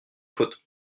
faute